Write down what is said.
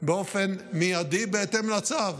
באופן מיידי בהתאם לצו.